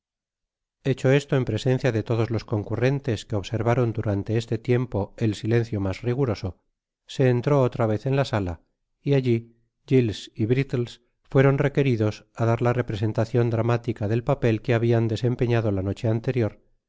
hecho esto en presencia de todos los concurrentes que observaron durante este tiempo el silencio mas riguroso se entró otra vez en la sala y alli giles y brittles fueron requeridos i dar la representacion dramática del papel que habian desempeñado la noche anterior